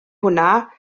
hwnna